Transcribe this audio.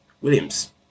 Williams